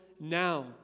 now